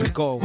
go